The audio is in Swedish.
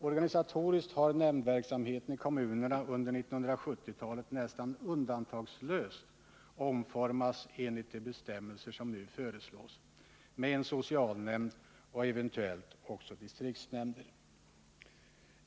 Organisatoriskt har nämndverksamheten i kommunerna under 1970-talet nästan undantagslöst omformats enligt de bestämmelser som nu föreslås, med en socialnämnd och eventuellt också distriktsnämnder.